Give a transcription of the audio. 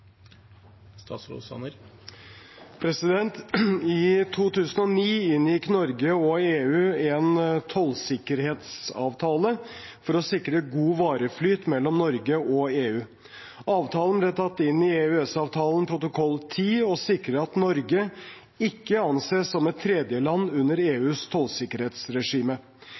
I 2009 inngikk Norge og EU en tollsikkerhetsavtale for å sikre god vareflyt mellom Norge og EU. Avtalen ble tatt inn i EØS-avtalen protokoll 10 og sikrer at Norge ikke anses som et tredjeland under EUs tollsikkerhetsregime.